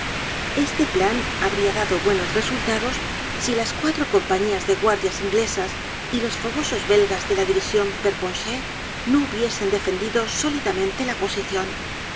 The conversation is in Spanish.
este plan habria dado buenos resultados si las cuatro compañías de guardias inglesas y los fogosos belgas de la division perponcher no hubiesen defendido sólidamente la posicion